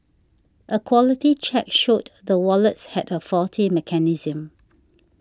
a quality check showed the wallets had a faulty mechanism